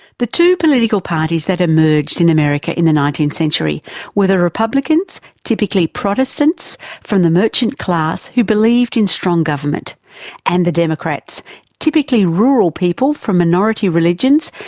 the two political parties that emerged in america in the nineteenth century were the republicans typically protestants from the merchant class who believed in strong government and the democrats typically rural people from minority religions,